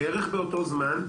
בערך באותו זמן,